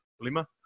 Lima